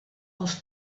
els